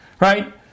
Right